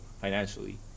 financially